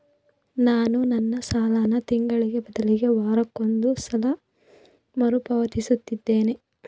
ನಾನು ನನ್ನ ಸಾಲನ ತಿಂಗಳಿಗೆ ಬದಲಿಗೆ ವಾರಕ್ಕೊಂದು ಸಲ ಮರುಪಾವತಿಸುತ್ತಿದ್ದೇನೆ